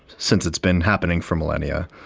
since it's been happening for millennia.